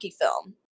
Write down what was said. film